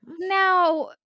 now